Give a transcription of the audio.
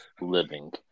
living